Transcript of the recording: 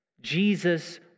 Jesus